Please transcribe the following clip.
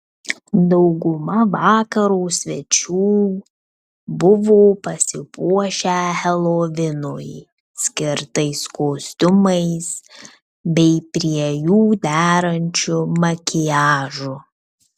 dauguma vakaro svečių buvo pasipuošę helovinui skirtais kostiumais bei prie jų derančiu makiažu